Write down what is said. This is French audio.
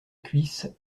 cuisse